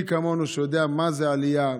מי כמונו יודע מה זו עלייה,